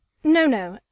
no, no.